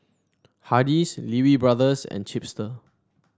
Hardy's Lee Wee Brothers and Chipster